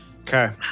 Okay